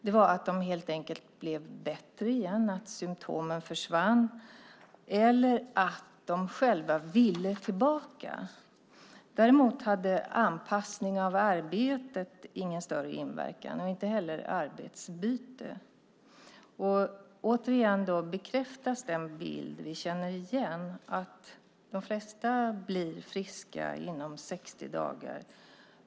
Det var att de helt enkelt blev bättre igen och att symtomen försvann eller att de själva ville tillbaka. Däremot hade anpassning av arbetet ingen större inverkan och inte heller arbetsbyte. Återigen bekräftas den bild som vi känner igen, nämligen att de flesta blir friska inom 60 dagar.